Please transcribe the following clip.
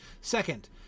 Second